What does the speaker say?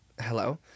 Hello